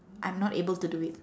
I'm not able to do it